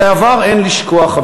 את העבר אין לשכוח,